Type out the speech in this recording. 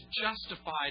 justified